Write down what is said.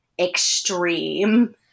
extreme